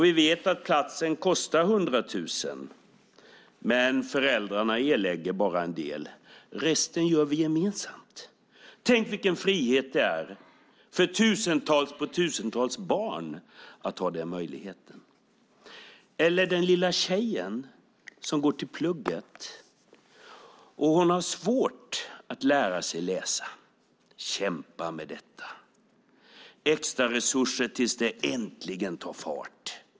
Vi vet att platsen kostar 100 000, men föräldrarna erlägger bara en del. Resten betalar vi gemensamt. Tänk vilken frihet det är för tusentals barn att ha den möjligheten! Tänk på den lilla tjejen, som går till plugget! Hon har svårt att lära sig läsa. Hon kämpar med detta och får extraresurser tills det äntligen tar fart.